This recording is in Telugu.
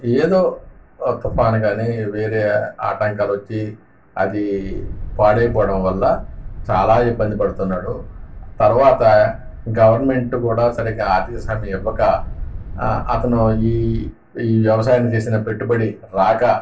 ఏదో ఒక తుఫాను కానీ వేరే ఆటంకాలు వచ్చి అది పాడైపోవడం వల్ల చాలా ఇబ్బంది పడుతున్నాడు తరువాత గవర్నమెంట్ కూడా సరిగ్గా ఆర్థిక సహాయం ఇవ్వక అతను ఈ వ్యవసాయానికి చేసిన పెట్టుబడి రాక